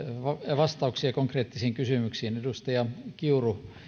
vastauksia konkreettisiin kysymyksiin edustaja kiuru